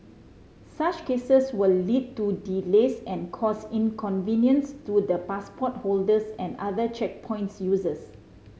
such cases will lead to delays and cause inconvenience to the passport holders and other checkpoints users